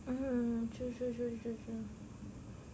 mmhmm true true true true true